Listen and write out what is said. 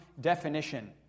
definition